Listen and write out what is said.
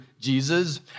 Jesus